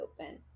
open